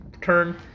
turn